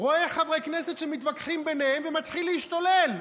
רואה חברי כנסת שמתווכחים ביניהם ומתחיל להשתולל,